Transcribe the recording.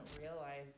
realize